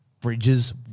bridges